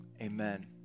Amen